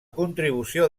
contribució